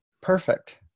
perfect